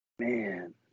Man